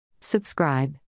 Subscribe